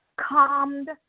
calmed